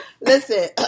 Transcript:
Listen